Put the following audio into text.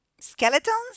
skeletons